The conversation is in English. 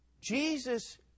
Jesus